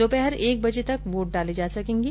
दोपहर एक बजे तक वोट डाले जा सकेंगे